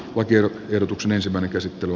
kun tiedot ehdotuksen ensimmäinen käsittely